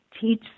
teach